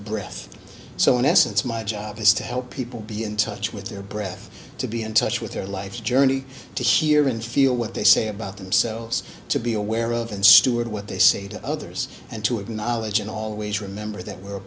breath so in essence my job is to help people be in touch with their breath to be in touch with their life journey to hear and feel what they say about themselves to be aware of and steward what they say to others and to acknowledge and always remember that we are a